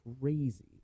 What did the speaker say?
crazy